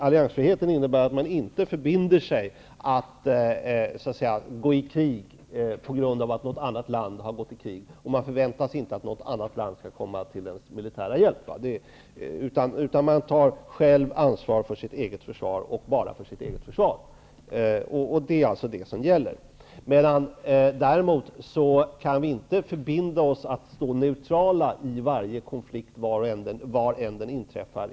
Alliansfrihet innebär att man inte förbinder sig att gå i krig på grund av att något annat land har gått i krig, och vi förväntar oss inte att något annat land skall komma till vår militära hjälp. Man tar själv ansvar för sitt eget försvar och bara för sitt eget försvar. Detta är vad som gäller. Däremot kan vi inte förbinda oss att stå neutrala i varje konflikt var än i världen den inträffar.